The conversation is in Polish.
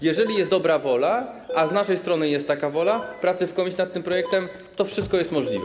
Jeżeli jest dobra wola - a z naszej strony jest taka wola pracy w komisji nad tym projektem - to wszystko jest możliwe.